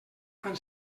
fan